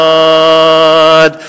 God